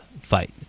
fight